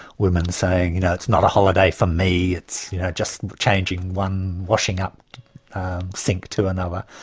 women saying, you know it's not a holiday for me, it's just changing one washing up sink to another.